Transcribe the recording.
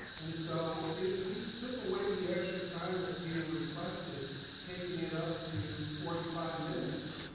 and so if we took away the extra time that's being requested taking it up to forty five minutes,